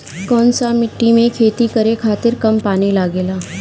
कौन सा मिट्टी में खेती करे खातिर कम पानी लागेला?